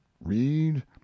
read